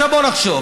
עכשיו, בואו נחשוב.